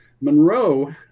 Monroe